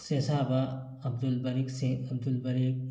ꯁꯦꯁꯥꯕ ꯑꯕꯗꯨꯜ ꯕꯔꯤꯛ ꯁꯦ ꯑꯕꯗꯨꯜ ꯕꯔꯤꯛ